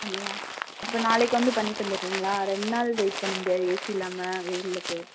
அப்படியா அப்போ நாளைக்கு வந்து பண்ணி தந்துடுறீங்களா ரெண்டு நாள் வெயிட் பண்ண முடியாது ஏசி இல்லாமல் வெயிலுக்கு